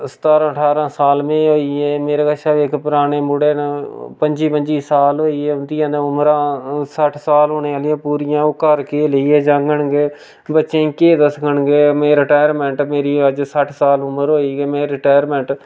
सतारां ठाह्रां साल मीं होई गे मेरै कशा बी इक पराने मुड़े न पं'जी पं'जी साल होई गे उं'दियां ते उमरां सट्ठ साल होने आह्लियां पूरियां ओह् घर केह् लेइयै जाङन गे बच्चें केह् दस्सगन गे के में रिटैरमैंट मेरी अज सट्ठ साल उमर होई के में रिटैरमैंट